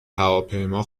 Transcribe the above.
هواپیما